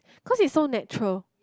cause it's so natural